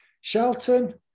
Shelton